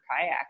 kayak